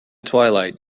twilight